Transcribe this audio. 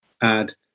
add